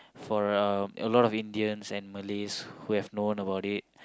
for um a lot of Indians and Malays who have known about it